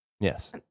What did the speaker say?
Yes